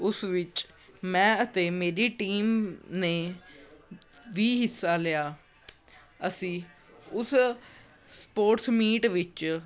ਉਸ ਵਿੱਚ ਮੈਂ ਅਤੇ ਮੇਰੀ ਟੀਮ ਨੇ ਵੀ ਹਿੱਸਾ ਲਿਆ ਅਸੀਂ ਉਸ ਸਪੋਰਟਸ ਮੀਟ ਵਿੱਚ